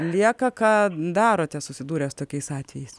lieka ką darote susidūrę su tokiais atvejais